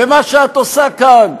ומה שאת עושה כאן,